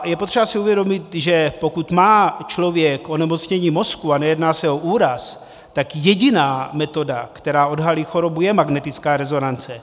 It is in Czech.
Je potřeba si uvědomit, že pokud má člověk onemocnění mozku, a nejedná se o úraz, tak jediná metoda, která odhalí chorobu, je magnetická rezonance.